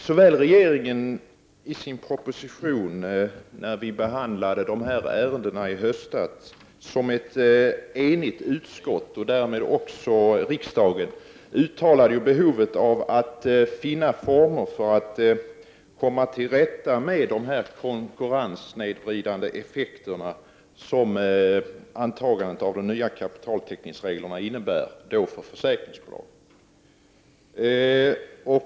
Såväl regeringen i sin proposition, när vi behandlade de här ärendena i höstas, som ett enigt utskott, och därmed också riksdagen, uttalade behovet av att finna former för att komma till rätta med de konkurrenssnedvridande effekterna som antagandet av de nya kapitaltäckningsreglerna innebär för försäkringsbolagen.